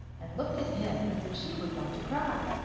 and looked at him as if she were going to cry.